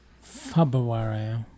February